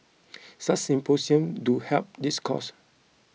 such symposiums do help this cause